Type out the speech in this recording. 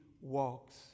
walks